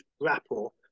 grapple